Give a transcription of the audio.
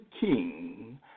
king